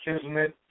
Kismet